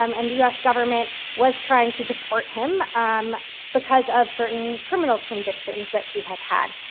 um and the us government was trying to deport him um because of certain criminal convictions that he had had.